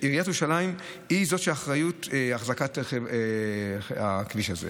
עיריית ירושלים היא זו שאחראית לאחזקת הכביש הזה.